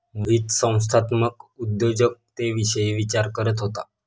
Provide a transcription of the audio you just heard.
मोहित संस्थात्मक उद्योजकतेविषयी विचार करत होता